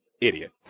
idiot